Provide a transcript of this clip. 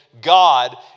God